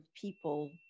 people